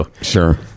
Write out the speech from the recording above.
Sure